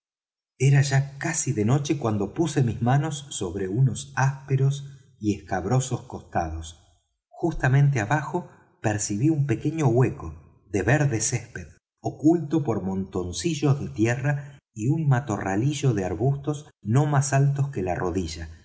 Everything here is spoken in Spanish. era ya casi de noche cuando puse mis manos sobre sus ásperos y escabrosos costados justamente abajo percibí un pequeño hueco de verde césped oculto por montoncillos de tierra y un matorralillo de arbustos no más altos que la rodilla